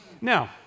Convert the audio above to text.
Now